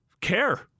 care